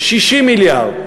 60 מיליארד שקלים.